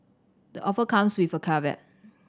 the offer comes with a caveat